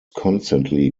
constantly